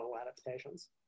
adaptations